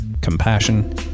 compassion